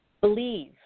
Believe